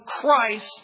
Christ